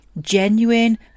genuine